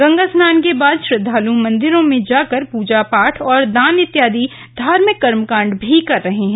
गंगा स्नान के बाद श्रद्वाल मंदिरों में जाकर पूजा पाठ और दान इत्यादि धार्मिक कर्मकांड भी कर रहे हैं